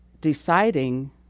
deciding